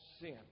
sin